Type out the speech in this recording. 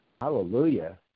Hallelujah